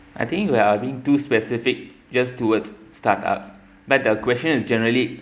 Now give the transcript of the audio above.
I think we're being too specific just towards startups but the question is generally